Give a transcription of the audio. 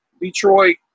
Detroit